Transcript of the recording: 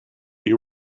you